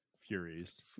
Furies